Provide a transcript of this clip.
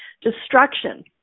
destruction